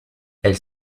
elle